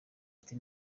ati